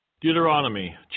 Deuteronomy